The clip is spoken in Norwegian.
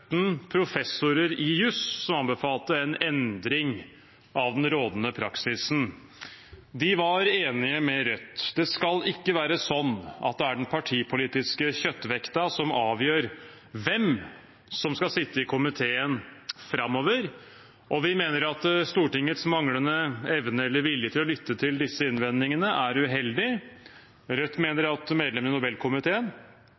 professorer i juss som anbefalte en endring av den rådende praksisen. De var enige med Rødt – det skal ikke være sånn at det er den partipolitiske kjøttvekta som avgjør hvem som skal sitte i komiteen framover, og vi mener at Stortingets manglende evne eller vilje til å lytte til disse innvendingene er uheldig. Rødt mener